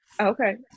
okay